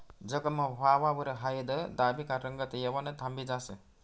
जखम व्हवावर हायद दाबी का रंगत येवानं थांबी जास